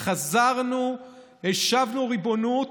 חזרנו, השבנו ריבונות,